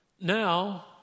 now